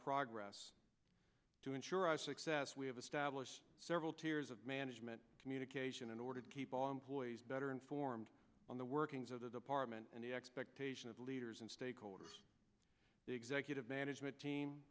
progress to ensure our success we have established several tiers of management communication in order to keep all employees better informed on the workings of the department and the expectation of leaders and stakeholders the executive management team